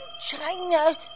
China